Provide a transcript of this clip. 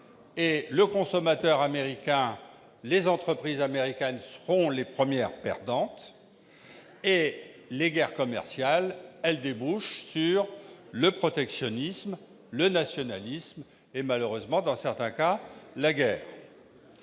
le consommateur américain et les entreprises américaines. Les guerres commerciales débouchent sur le protectionnisme, le nationalisme et, malheureusement, dans certains cas, la guerre.